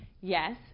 yes